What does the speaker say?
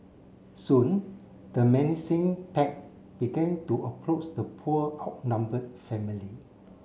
soon the menacing pack began to approach the poor outnumbered family